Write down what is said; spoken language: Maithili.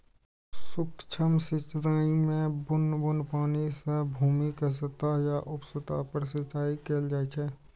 सूक्ष्म सिंचाइ मे बुन्न बुन्न पानि सं भूमिक सतह या उप सतह पर सिंचाइ कैल जाइ छै